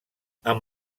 amb